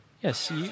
Yes